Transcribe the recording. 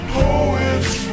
poets